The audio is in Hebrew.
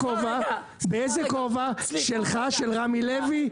באיזה כובע שלך, של רמי לוי?